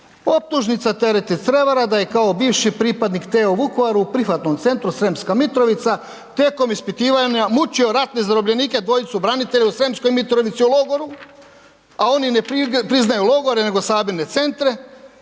Optužnica tereti Crevara da je kao bivši pripadnik TO Vukovar u Prihvatnom centru Sremska Mitrovica tijekom ispitivanja mučio ratne zarobljenike dvojicu branitelja u Sremskoj Mitrovici u logoru, a oni ne priznaju logore nego sabirne centre.